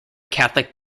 catholic